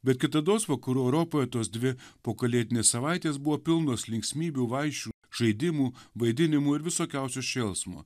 bet kitados vakarų europoje tos dvi pokalėdinės savaitės buvo pilnos linksmybių vaišių žaidimų vaidinimų ir visokiausio šėlsmo